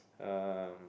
um